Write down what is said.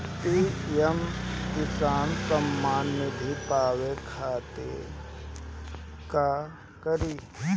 PM Kisan Samman Nidhi पावे खातिर का करी?